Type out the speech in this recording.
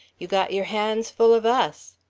you got your hands full of us.